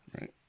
Right